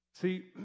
See